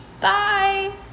Bye